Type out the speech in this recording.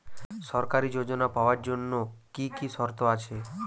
সরকারী যোজনা পাওয়ার জন্য কি কি শর্ত আছে?